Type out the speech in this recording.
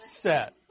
set